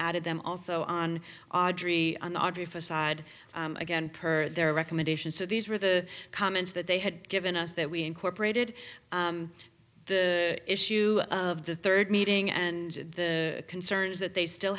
added them also on audrey an r v for side again per their recommendations to these were the comments that they had given us that we incorporated the issue of the third meeting and the concerns that they still